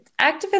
activists